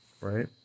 right